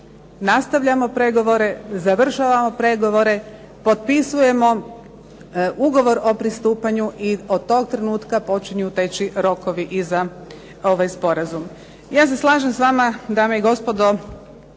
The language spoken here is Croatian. nastavljamo pregovore, završavamo pregovore, potpisujemo Ugovor o pristupanju i od tog trenutka počinju teći rokovi i za ovaj sporazum. Ja se slažem s vama, dame i gospodo,